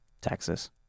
Texas